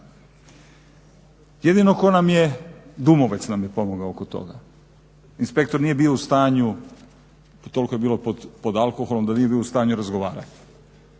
Jedino tko nam je, Dumovec nam je pomogao oko toga. Inspektor nije bio u stanju, toliko je bio pod alkoholom da nije bio u stanju razgovarat.